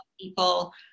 people